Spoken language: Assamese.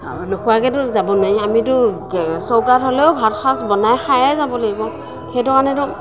নোখোৱাকেতো যাব নোৱাৰি আমিতো গে চৌকাত হ'লেও ভাতসাঁজ বনাই খায়েই যাব লাগিব সেইটো কাৰণেটো